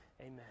Amen